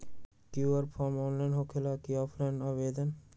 QR form online होकेला कि offline आवेदन?